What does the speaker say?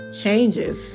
changes